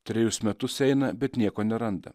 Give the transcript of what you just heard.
trejus metus eina bet nieko neranda